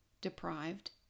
deprived